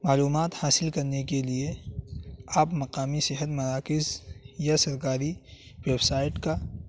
معلومات حاصل کرنے کے لیے آپ مقامی صحت مراکز یا سرکاری ویب سائٹ کا